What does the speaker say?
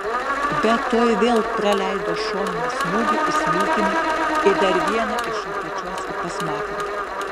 bet tuoj vėl praleido šoninį smūgį į smilkinį ir dar vieną iš apačios į pasmakrę